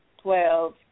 twelve